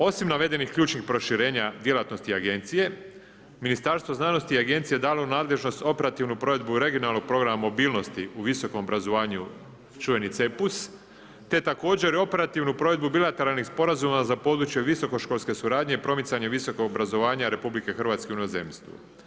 Osim navedenih ključnih proširenja djelatnosti agencije Ministarstvo znanosti je agenciji dalo u nadležnost operativnu provedbu regionalnog programa mobilnosti u visokom obrazovanju čuveni CEPUS te također operativnu provedbu bilateralnih sporazuma za područje visokoškolske suradnje i promicanja visokog obrazovanja RH u inozemstvu.